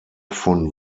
von